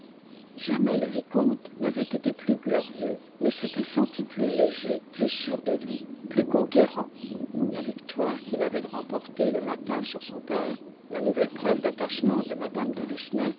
jamais le vicomte n'avait été plus glorieux ne s'était senti plus léger plus sûr de lui plus conquérant la victoire qu'il avait remportée le matin sur son père la nouvelle preuve d'attachement de mme de lucenay